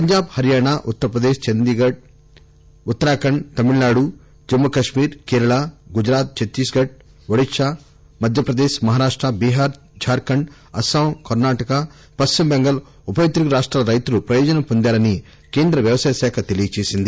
Punjab Haryana Uttar Pradesh Uttarakhand Tamil Nadu Chandigarh Jammu Kashmir Kerala Gujarat Chhattisgarh Odisha Madhya Pradesh Maharashtra Bihar Jharkhand Assam Karnataka Paschim Bengal ఉభయ తెలుగు రాష్టాల రైతులు ప్రయోజనం పొందారని కేంద్ర వ్యవసాయ శాఖ తెలిపింది